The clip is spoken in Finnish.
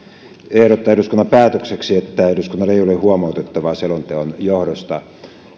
ehdottaa eduskunnan päätökseksi että eduskunnalla ei ole huomautettavaa selonteon johdosta